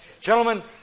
Gentlemen